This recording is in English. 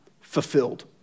fulfilled